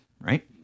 right